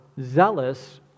zealous